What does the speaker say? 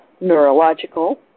neurological